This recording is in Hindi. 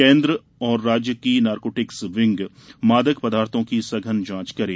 केन्द्र एवं राज्य की नारकोटिक्स विंग मादक पदार्थो की सघन जाँच करे